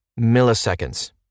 milliseconds